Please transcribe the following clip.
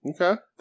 Okay